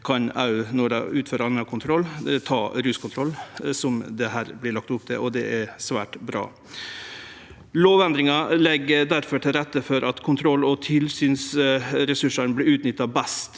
når dei utfører annan kontroll, òg kan ha ruskontroll, som det her vert lagt opp til. Det er svært bra. Lovendringa legg difor til rette for at kontroll- og tilsynsressursane vert utnytta best